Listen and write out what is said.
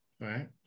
right